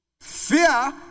Fear